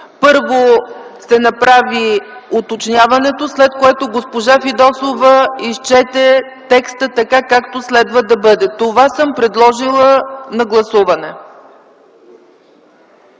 първо се направи уточняването, след което госпожа Фидосова изчете текста така, както следва да бъде. Това съм подложила на гласуване.